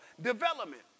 Development